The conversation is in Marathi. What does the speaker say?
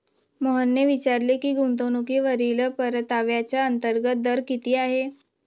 मोहनने विचारले की गुंतवणूकीवरील परताव्याचा अंतर्गत दर किती आहे?